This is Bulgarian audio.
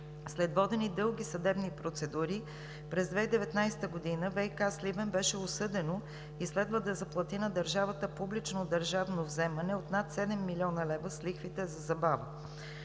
След водене на дълги съдебни процедури през 2019 г. „ВиК – Сливен“ беше осъдено и следва да заплати на държавата публично-държавно вземане от над 7 млн. лв. с лихвите за забава.